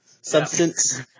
substance